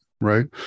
Right